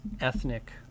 ethnic